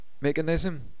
mechanism